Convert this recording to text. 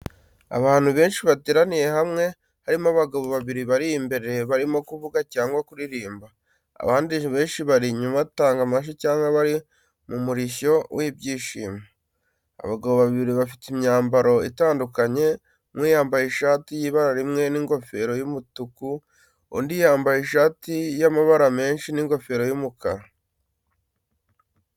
Abantu benshi bateraniye hamwe, harimo abagabo babiri bari imbere barimo kuvuga cyangwa kuririmba, abandi benshi bari inyuma batanga amashyi cyangwa bari mu murishyo w'ibyishimo. Abagabo babiri bafite imyambaro itandukanye, umwe yambaye ishati y'ibara rimwe n’ingofero y’umutuku, undi yambaye ishati y’amabara menshi n’ingofero y’umukara.